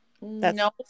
No